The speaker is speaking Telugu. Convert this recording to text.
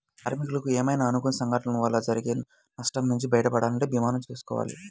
కార్మికులకు ఏమైనా అనుకోని సంఘటనల వల్ల జరిగే నష్టం నుంచి బయటపడాలంటే భీమాలు చేసుకోవాలి